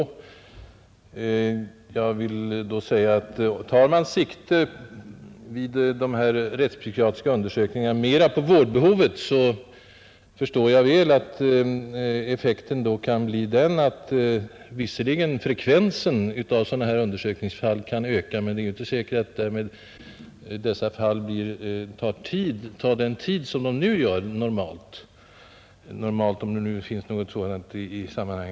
Skall man vid rättspsykiatriska undersökningar mera ta sikte på vårdbehovet i stället för diagnosen, så förstår jag väl att effekten kan bli den att frekvensen av sådana undersökningsfall visserligen ökar men att det inte är säkert att de fall det då gäller kräver den undersökningstid som nu är normalt — om det finns något som är normalt i detta sammanhang.